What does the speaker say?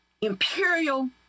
imperial